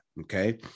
Okay